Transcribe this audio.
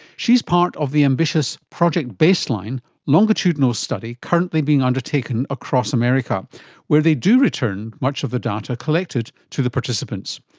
she is part of the ambitious project baseline, a longitudinal study currently being undertaken across america where they do return much of the data collected to the participants.